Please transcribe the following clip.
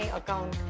account